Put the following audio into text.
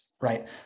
right